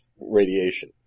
Radiation